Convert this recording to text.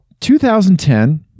2010